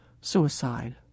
suicide